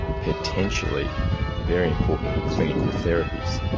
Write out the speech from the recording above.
potentially very important clinical therapies.